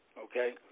okay